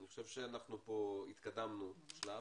אני חושב שאנחנו פה התקדמנו שלב.